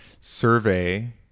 survey